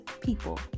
people